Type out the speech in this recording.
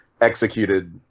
executed